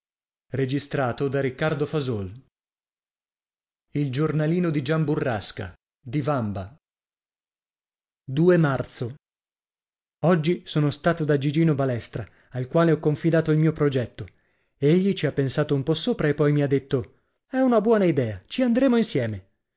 e io a io e era marzo oggi sono stato da gigino balestra al quale ho confidato il mio progetto egli ci ha pensato un po sopra e poi mi ha detto è una buona idea ci andremo insieme